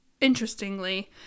interestingly